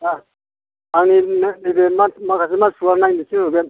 अ आंनि नैबे माखासे मानसिफोरखौ आं नायनो थिनहरगोन